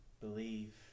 believe